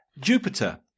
Jupiter